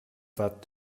that